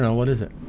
what is it?